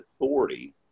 authority